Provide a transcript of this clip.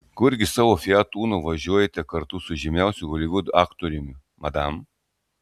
kurgi savo fiat uno važiuojate kartu su žymiausiu holivudo aktoriumi madam